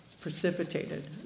precipitated